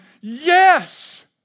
yes